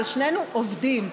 אבל שנינו עובדים,